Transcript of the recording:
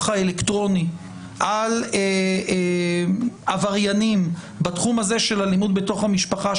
האלקטרוני על עבריינים בתחום הזה של אלימות בתוך המשפחה,